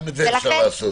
גם את זה אפשר לעשות.